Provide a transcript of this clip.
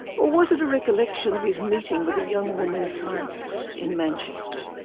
or was it a recollection of his meeting with the young woman scientist in manchester?